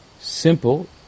simple